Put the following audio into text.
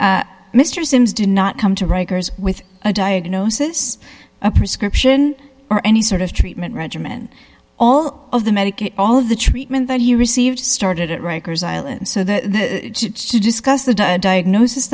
mr simms did not come to rikers with a diagnosis a prescription or any sort of treatment regimen all of the medicate all of the treatment that he received started at rikers island so the to discuss the diagnosis